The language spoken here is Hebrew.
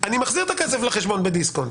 אני מחזיר את הכסף לחשבון בדיסקונט